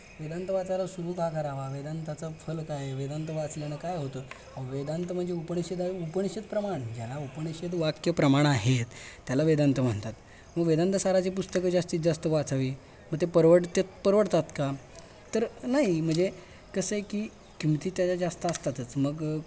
वेदांत वाचायला सुरू का करावा वेदांताचं फळ काय आहे वेदांत वाचल्यानं काय होतं अ वेदांत म्हणजे उपनिषद आहे उपनिषद प्रमाण ज्याला उपनिषद वाक्य प्रमाण आहेत त्याला वेदांत म्हणतात मग वेदांत साराची पुस्तकं जास्तीत जास्त वाचावी मग ते परवडते परवडतात का तर नाही म्हणजे कसं आहे की किमती त्याच्या जास्त असतातच मग